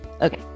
Okay